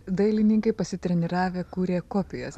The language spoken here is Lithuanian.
dailininkai pasitreniravę kūrė kopijas